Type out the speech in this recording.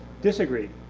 disagree?